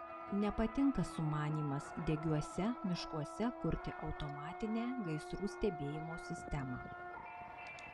nepatinka sumanymas degiuose miškuose kurti automatinę gaisrų stebėjimo sistemą